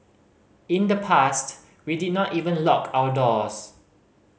in the past we did not even lock our doors